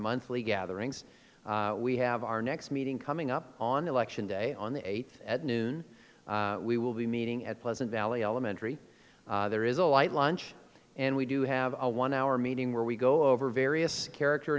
monthly gatherings we have our next meeting coming up on election day on the eighth at noon we will be meeting at pleasant valley elementary there is a light lunch and we do have a one hour meeting where we go over various character